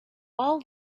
all